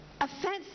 offense